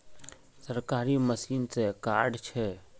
सरकारी मशीन से कार्ड छै?